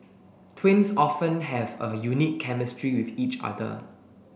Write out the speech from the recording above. twins often have a unique chemistry with each other